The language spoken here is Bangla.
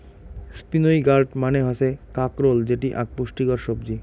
স্পিনই গার্ড মানে হসে কাঁকরোল যেটি আক পুষ্টিকর সবজি